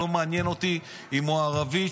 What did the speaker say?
לא מעניין אותי אם הוא ערבי,